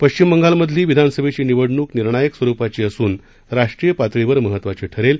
पश्चिम बंगालमधली विधानसभेची निवडणूक निर्णायक स्वरुपाची असून राष्ट्रीय पातळीवर महत्त्वाची ठरेल